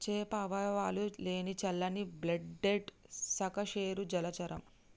చేప అవయవాలు లేని చల్లని బ్లడెడ్ సకశేరుక జలచరం